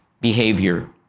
behavior